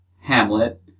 hamlet